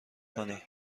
کنی